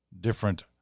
different